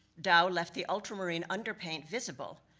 dou left the ultramarine under paint visible,